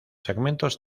segmentos